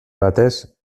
batez